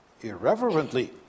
irreverently